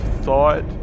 thought